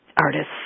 artists